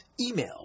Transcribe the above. Email